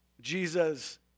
Jesus